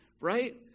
Right